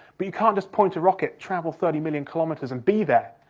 but you can't just point a rocket, travel thirty million kilometres and be there.